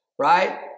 right